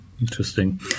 Interesting